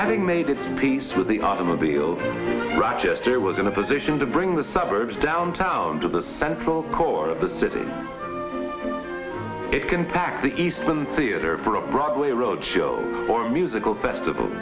having made its peace with the automobiles rochester was in a position to bring the suburbs downtown to the central core of the city it can pack the eastman theatre for a broadway road show or musical festival